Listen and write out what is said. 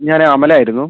ഞാൻ അമലായിരുന്നു